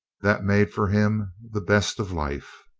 that made for him the best of life.